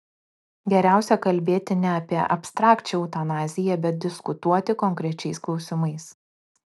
geriausia kalbėti ne apie abstrakčią eutanaziją bet diskutuoti konkrečiais klausimais